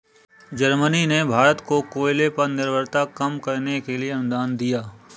Germany ने भारत को कोयले पर निर्भरता कम करने के लिए अनुदान दिया